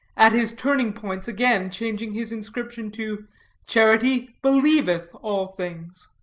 at his turning points again changing his inscription to charity believeth all things.